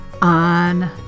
on